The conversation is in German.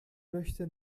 möchte